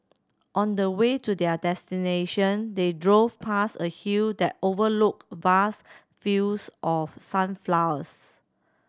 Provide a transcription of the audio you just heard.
on the way to their destination they drove past a hill that overlooked vast fields of sunflowers